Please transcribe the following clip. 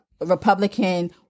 Republican